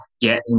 get